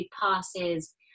passes